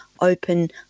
open